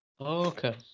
Okay